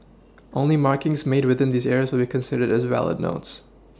only markings made within these areas will considered as valid notes